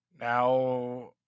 Now